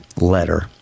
letter